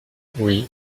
oui